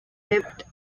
depth